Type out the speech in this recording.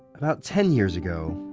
about ten years ago,